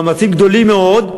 מאמצים גדולים מאוד,